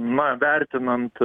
na vertinant